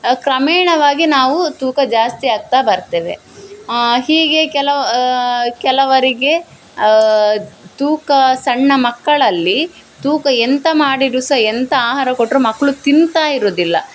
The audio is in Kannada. ಕ್ರಮೇಣವಾಗಿ ನಾವು ತೂಕ ಜಾಸ್ತಿ ಆಗ್ತಾ ಬರ್ತೇವೆ ಹೀಗೆ ಕೆಲವು ಕೆಲವರಿಗೆ ತೂಕ ಸಣ್ಣ ಮಕ್ಕಳಲ್ಲಿ ತೂಕ ಎಂತ ಮಾಡಿದ್ರು ಸಹ ಎಂಥ ಆಹಾರ ಕೊಟ್ಟರು ಮಕ್ಕಳು ತಿನ್ತಾ ಇರೋದಿಲ್ಲ